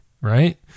right